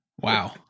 Wow